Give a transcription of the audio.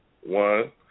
One